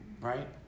Right